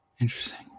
Interesting